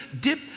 dip